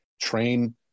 train